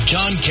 John